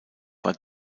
war